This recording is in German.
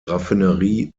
raffinerie